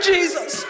Jesus